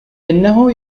إنه